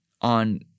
on